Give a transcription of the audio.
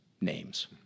names